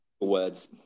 words